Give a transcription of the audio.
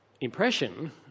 impression